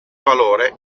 valore